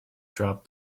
dropped